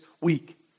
week